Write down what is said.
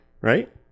right